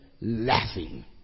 laughing